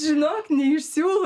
žinok ne iš siūlų